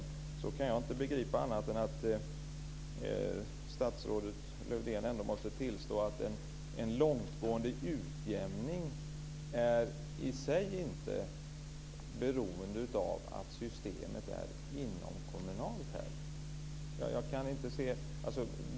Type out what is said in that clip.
Mot bakgrund av detta kan jag inte begripa annat än att statsrådet Lövdén måste tillstå att en långtgående utjämning i sig inte är beroende av att systemet är inomkommunalt.